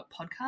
podcast